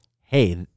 Hey